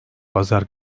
pazar